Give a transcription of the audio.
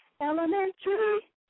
elementary